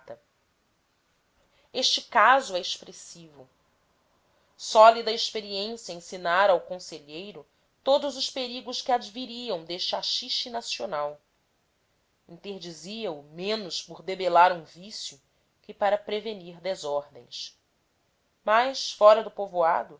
este caso é expressivo sólida experiência ensinara ao conselheiro todos os perigos que adviriam deste haxixe nacional interdizia o menos por debelar um vício que para prevenir desordens mas fora do povoado